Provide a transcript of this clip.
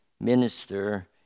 minister